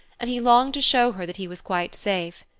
and he longed to show her that he was quite safe.